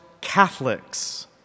Catholics